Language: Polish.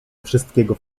wszystkiego